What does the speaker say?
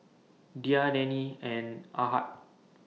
Dhia Danial and Ahad